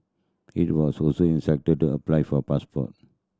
he was also to apply for passport